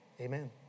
Amen